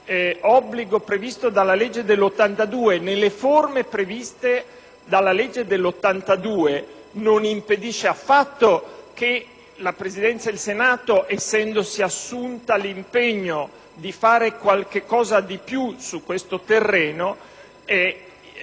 dell'obbligo previsto dalla legge del 1982, nelle forme stabilite da quella norma, non impedisce affatto che la Presidenza del Senato, essendosi assunta l'impegno di fare qualcosa di più su questo terreno,